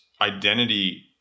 identity